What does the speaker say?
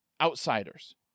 outsiders